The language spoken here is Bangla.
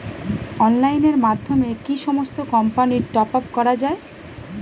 অনলাইনের মাধ্যমে কি সমস্ত কোম্পানির টপ আপ করা যায়?